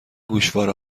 گوشواره